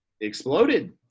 exploded